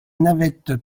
navette